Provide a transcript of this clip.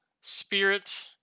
Spirit